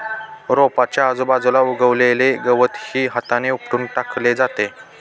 रोपाच्या आजूबाजूला उगवलेले गवतही हाताने उपटून टाकले जाते